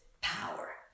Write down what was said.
power